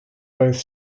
both